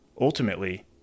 Ultimately